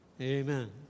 Amen